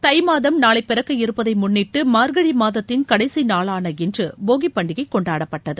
தை மாதம் நாளை பிறக்க இருப்பதை முன்னிட்டு மார்கழி மாதத்தின் கடைசி நாளான இன்று போகி பண்டிகை கொண்டாடப்பட்டது